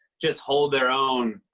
just hold their own,